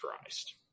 Christ